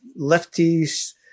lefties